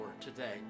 today